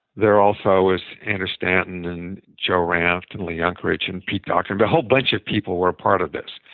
there also was andrew stanton and joe ranft, and lee unkrich, and pete toxin a but whole bunch of people were a part of this.